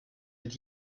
mit